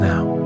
Now